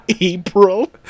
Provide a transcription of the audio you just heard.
April